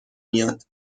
میاد